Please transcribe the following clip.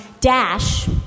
dash